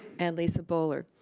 and lisa boler,